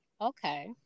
Okay